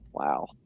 Wow